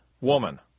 woman